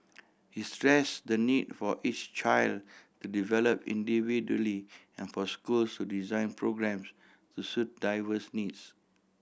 he stress the need for each child to develop individually and for schools to design programmes to suit diverse needs